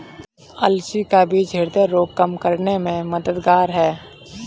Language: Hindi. अलसी का बीज ह्रदय रोग कम करने में मददगार है